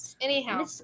Anyhow